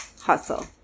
hustle